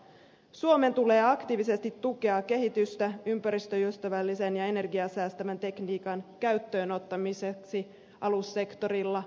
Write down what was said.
suomen tulee aktiivisesti tukea kehitystä ympäristöystävällisen ja energiaa säästävän tekniikan käyttöönottamiseksi alussektorilla